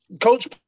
Coach